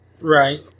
Right